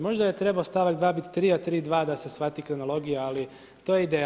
Možda je trebao stavak 2. biti 3., a 3. 2. da se shvati kronologija, ali to je ideja.